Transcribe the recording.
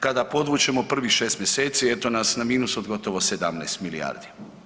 Kada podvučemo prvih 6 mjeseci eto nas na minus od gotovo 17 milijardi.